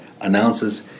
announces